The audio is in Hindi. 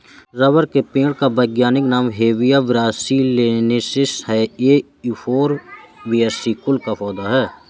रबर के पेड़ का वैज्ञानिक नाम हेविया ब्रासिलिनेसिस है ये युफोर्बिएसी कुल का पौधा है